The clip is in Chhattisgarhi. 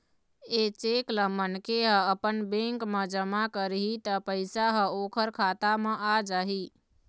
ए चेक ल मनखे ह अपन बेंक म जमा करही त पइसा ह ओखर खाता म आ जाही